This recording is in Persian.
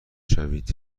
شوید